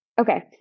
Okay